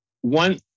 One